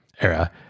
era